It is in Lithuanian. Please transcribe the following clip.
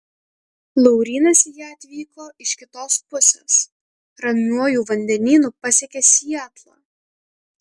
laurynas į ją atvyko iš kitos pusės ramiuoju vandenynu pasiekė sietlą